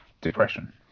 depression